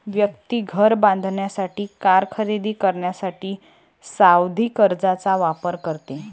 व्यक्ती घर बांधण्यासाठी, कार खरेदी करण्यासाठी सावधि कर्जचा वापर करते